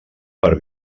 per